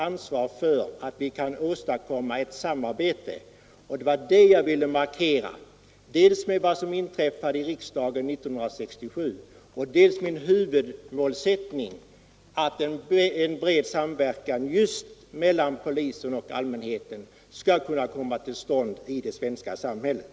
Detta ville jag markera genom att understryka dels vad som inträffade i riksdagen 1967, dels min huvudmålsättning att en bred samverkan just mellan polis och allmänhet bör komma till stånd i det svenska samhället.